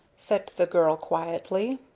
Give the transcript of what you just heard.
said the girl, quietly,